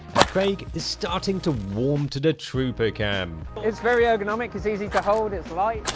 and craig is starting to warm to the trooper cam it's very ergonomic is easy to hold its light.